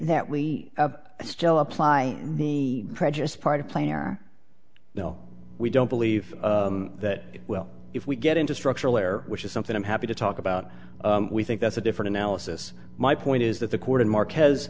that we still apply the prejudice part of plan or no we don't believe that well if we get into structural error which is something i'm happy to talk about we think that's a different analysis my point is that the court in mark has